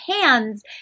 hands